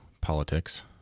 politics